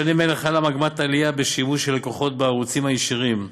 בשנים אלה חלה עלייה בשימוש של לקוחות בערוצים הישירים,